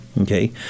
okay